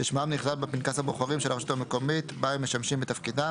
ששמם נכלל בפנקס הבוחרים של הרשות המקומית בה הם משמשים בתפקידם